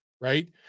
Right